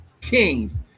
kings